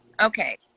okay